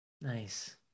Nice